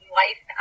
life